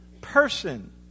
person